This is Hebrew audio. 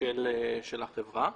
של החברה.